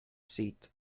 seat